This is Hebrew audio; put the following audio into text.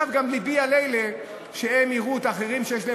לבי על אלה שיראו את האחרים שיש להם